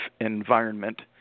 environment